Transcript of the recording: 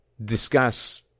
discuss